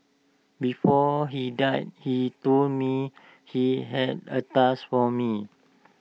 before he died he told me he had A task for me